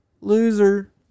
Loser